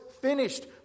finished